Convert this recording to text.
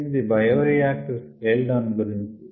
28 bioreactor scale down గురించి